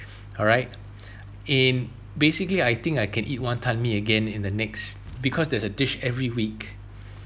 alright in basically I think I can eat wanton mee again in the next because there's a dish every week